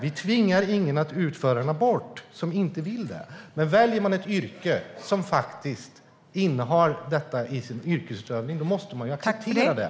Vi tvingar ingen att utföra en abort som inte vill det. Men väljer man ett yrke där detta faktiskt ingår i yrkesutövningen måste man acceptera det.